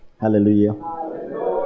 hallelujah